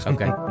Okay